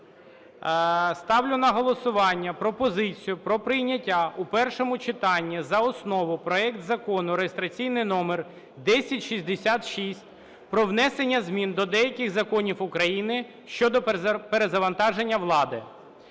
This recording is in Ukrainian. Ставлю на голосування пропозицію про прийняття у першому читанні за основу проект Закону (реєстраційний номер 1066) про внесення змін до деяких законів України щодо перезавантаження влади.